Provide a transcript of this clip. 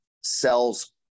sells